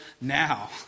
now